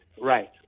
Right